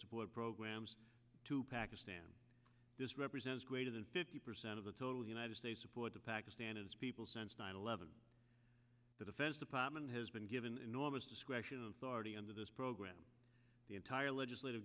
support programs to pakistan this represents greater than fifty percent of the total united states support to pakistan as people sense nine eleven the defense department has been given enormous discretion authority under this program the entire legislative